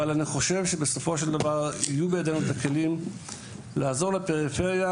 אבל אני חושב שבסופו של דבר יהיו בידינו את הכלים לעזור לפריפריה,